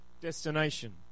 destination